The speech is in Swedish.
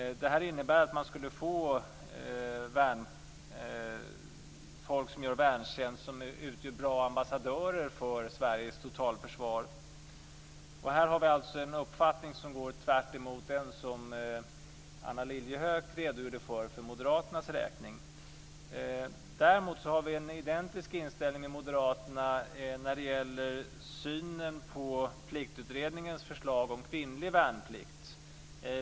Det här innebär att man skulle få folk som gör värntjänst som utgör bra ambassadörer för Sveriges totalförsvar. Här har vi alltså en uppfattning som går tvärtemot den som Anna Lilliehöök redogjorde för för moderaternas räkning. Däremot är vår inställning identisk med moderaternas när det gäller synen på Pliktutredningens förslag om kvinnlig värnplikt.